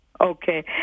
Okay